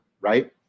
right